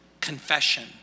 confession